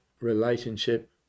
relationship